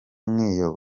nk’iyo